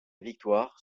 victoire